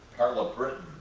karla britton,